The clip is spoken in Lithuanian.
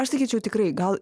aš sakyčiau tikrai gal